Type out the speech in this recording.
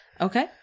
Okay